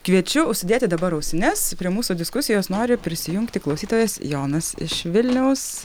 kviečiu užsidėti dabar ausines prie mūsų diskusijos nori prisijungti klausytojas jonas iš vilniaus